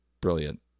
brilliant